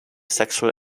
sexual